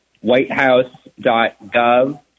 whitehouse.gov